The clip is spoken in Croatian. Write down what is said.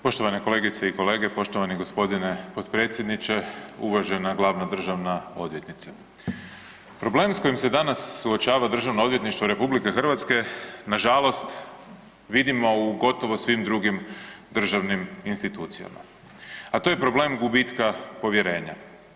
Poštovane kolegice i kolege, poštovani gospodine potpredsjedniče, uvažena glavna državna odvjetnice, problemi s kojim se danas suočava Državno odvjetništvo RH nažalost vidimo u gotovo svim drugim državnim institucijama, a to je problem gubitka povjerenja.